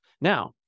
Now